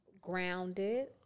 Grounded